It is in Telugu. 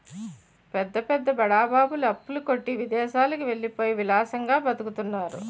పెద్ద పెద్ద బడా బాబులు అప్పుల కొట్టి విదేశాలకు వెళ్ళిపోయి విలాసంగా బతుకుతున్నారు